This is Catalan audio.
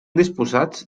disposats